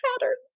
patterns